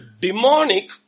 demonic